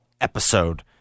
episode